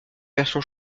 version